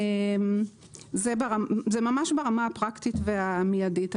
זה ממש ברמה הפרקטית והמיידית.